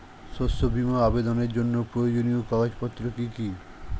শস্য বীমা আবেদনের জন্য প্রয়োজনীয় কাগজপত্র কি কি?